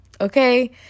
okay